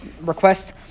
request